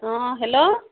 অঁ হেল্ল'